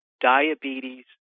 diabetes